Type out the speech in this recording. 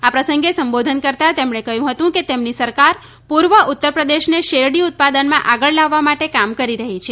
આ પ્રસંગે સંબોધન કરતા તેમણે કહ્યું હતું કે તેમની સરકાર પૂર્વ ઉત્તરપ્રદેશને શેરડી ઉત્પાદનમાં આગળ લાવવા માટે કામ કરી રહી છે